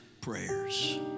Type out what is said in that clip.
prayers